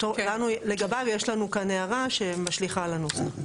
שלגביו יש לנו הערה שמשליכה על הנוסח.